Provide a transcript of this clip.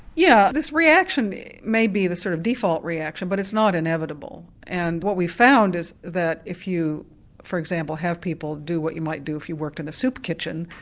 yeah this reaction may be the sort of default reaction but it's not inevitable. and what we found is that if you for example have people do what you might do if you worked in a soup kitchen,